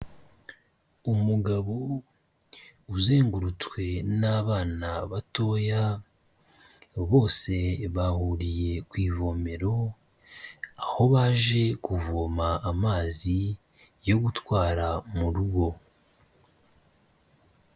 Umugabo uzengurutswe n'abana batoya, bose bahuriye ku ivomero aho baje kuvoma amazi yo gutwara mu rugo.